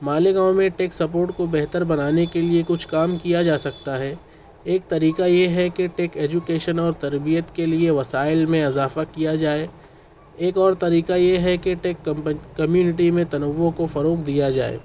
ماليگاؤں ميں tech support کو بہتر بنانے کے لیے کچھ کام کیا جاسکتا ہے ایک طریقہ یہ ہے کہ ٹیک ایجوکیشن اور تربیت کے لیے وسائل میں اضافہ کیا جائے ایک اور طریقہ یہ ہے کہ ٹیک کمپن کمیونٹی میں تنوع کو فروغ دیا جائے